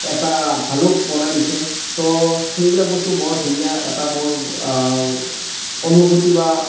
এটা ভালুক বনাই দিছে ত' সেইবিলাক বস্তু বৰ ধুনীয়া এটা মোৰ অনুভূতি বা